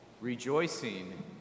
rejoicing